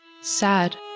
sad